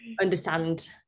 understand